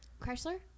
Chrysler